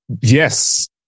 Yes